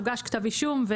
הוגש כתב אישום,